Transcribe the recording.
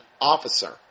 officer